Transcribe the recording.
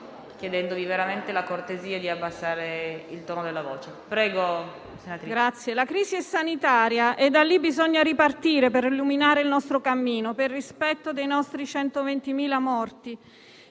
La crisi è sanitaria e da lì bisogna ripartire, per illuminare il nostro cammino, per rispetto dei nostri 120.000 morti: